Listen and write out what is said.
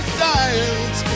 science